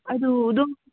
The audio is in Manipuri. ꯑꯗꯨ ꯑꯗꯨꯝ